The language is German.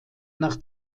nach